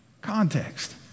context